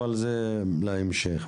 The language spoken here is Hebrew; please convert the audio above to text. אבל נתייחס לזה בהמשך.